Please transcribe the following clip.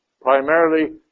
primarily